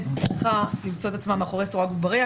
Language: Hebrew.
צריכה למצוא את עצמה מאחורי סורג ובריח,